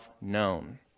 known